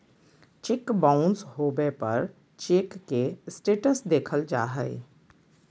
cheque bounce होबे पर cheque के स्टेटस देखल जा हइ